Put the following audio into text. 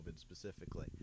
specifically